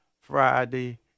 Friday